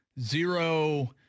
zero